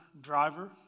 driver